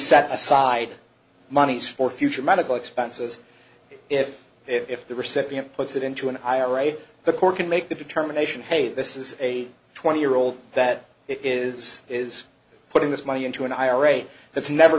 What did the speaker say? set aside money for future medical expenses if if the recipient puts it in an ira the court can make that determination hey this is a twenty year old that is is putting this money into an ira that's never